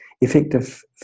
effective